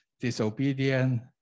Disobedient